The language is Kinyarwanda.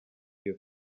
iyo